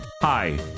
Hi